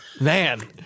Man